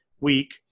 week